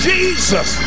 Jesus